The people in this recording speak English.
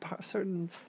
certain